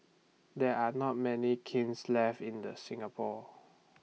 there are not many kilns left in Singapore